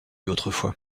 autrefois